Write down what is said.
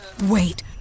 wait